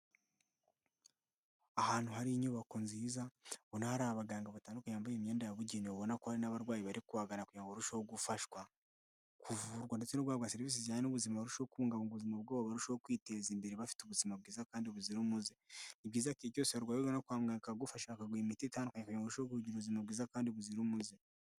Ahantu hari inyubako nziza mbona hari abaganga batandukanye bambaye imyenda yabugene ubona ko hari n'abarwayi bari kubagana kugira ngo ururusheho gufashwa. Kuvurwa ndetse no guhabwa serivisi zijyanye n'ubuzima barusheho kubungabunga ubuzima bwabo barushaho kwiteza imbere bafite ubuzima bwiza kandi buzira umuze. Ni byiza ko igihe cyose warwaye ugana kwa muganga akagufasha akaguha imiti itanga kugira ngo urusheho kugira ubuzima bwiza kandi buzira umuze.